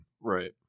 Right